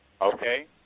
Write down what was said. Okay